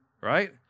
right